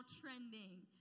trending